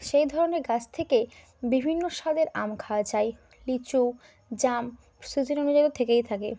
সেই ধরনের গাছ থেকে বিভিন্ন স্বাদের আম খাওয়া যায় লিচু জাম সিজনগুলো তো থেকেই থাকে